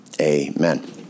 amen